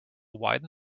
widen